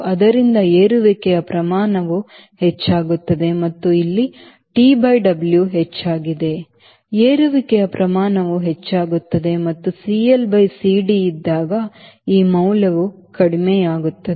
ಆದ್ದರಿಂದ ಏರುವಿಕೆಯ ಪ್ರಮಾಣವು ಹೆಚ್ಚಾಗುತ್ತದೆ ಮತ್ತು ಇಲ್ಲಿ ನೀವು TW ಹೆಚ್ಚಾಗಿದೆ ಏರುವಿಕೆಯ ಪ್ರಮಾಣವು ಹೆಚ್ಚಾಗುತ್ತದೆ ಮತ್ತು CLCD ಇದ್ದಾಗ ಈ ಮೌಲ್ಯವು ಕಡಿಮೆಯಾಗುತ್ತದೆ